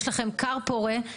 יש לכם כר פורה,